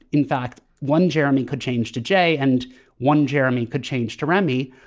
in fact, one jeremy could change to j and one jeremy could change to remy,